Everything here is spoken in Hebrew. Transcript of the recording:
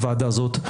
לוועדה הזאת.